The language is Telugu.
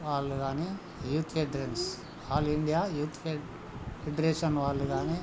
వాళ్ళు కానీ youth federation all India youth federation వాళ్ళు కానీ